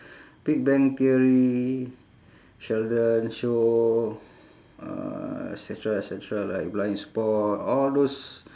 big bang theory sheldon show uh et cetera et cetera like blindspot all those